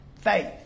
Faith